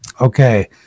okay